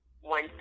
one